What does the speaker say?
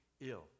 ill